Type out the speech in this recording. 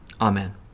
amen